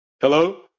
Hello